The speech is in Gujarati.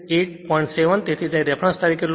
7 તેથી તેને રેફરન્સ તરીકે લો